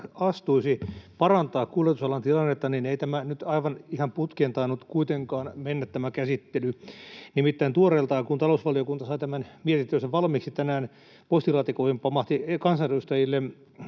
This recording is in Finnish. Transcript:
astuisi, parantaa kuljetusalan tilannetta, niin ei tämä käsittely nyt ihan putkeen tainnut kuitenkaan mennä. Nimittäin tuoreeltaan, kun talousvaliokunta sai tämän mietintönsä valmiiksi tänään, postilaatikoihin pamahti kansanedustajille